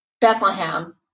Bethlehem